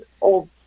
old